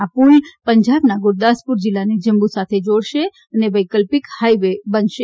આ પુલ પંજાબના ગુરદાસપુર જિલ્લાને જમ્મુ સાથે જોડશે અને વૈકલ્પિક હાઇવે બનશે